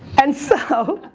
and so,